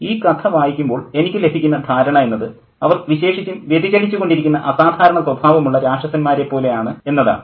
professor ഈ കഥ വായിക്കുമ്പോൾ എനിക്കു ലഭിക്കുന്ന ധാരണ എന്നത് അവർ വിശേഷിച്ചും വ്യതിചലിച്ചു കൊണ്ടിരിക്കുന്ന അസാധാരണ സ്വഭാവമുള്ള രാക്ഷന്മാരേപ്പോലെ ആണ് എന്നതാണ്